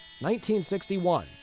1961